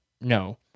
no